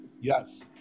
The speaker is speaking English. Yes